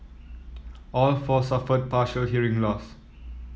all four suffered partial hearing loss